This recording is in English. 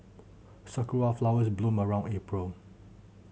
sakura flowers bloom around April